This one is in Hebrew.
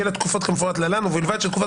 יהיו לתקופות כמפורט להלן ובלבד שתקופת